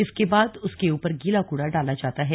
इसके बाद उसके ऊपर गीला कूड़ा डाला जाता है